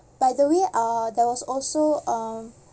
by the way uh there was also uh